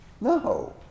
No